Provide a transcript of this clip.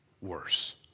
worse